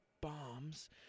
bombs